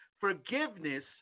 forgiveness